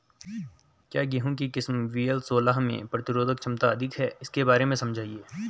क्या गेहूँ की किस्म वी.एल सोलह में प्रतिरोधक क्षमता अधिक है इसके बारे में समझाइये?